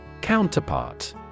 Counterpart